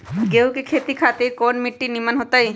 गेंहू की खेती खातिर कौन मिट्टी निमन हो ताई?